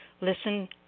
Listen